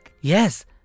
Yes